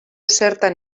zertan